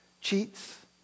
cheats